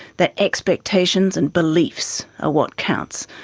that expectations and beliefs are what counts,